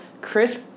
Chris